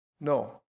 No